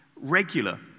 regular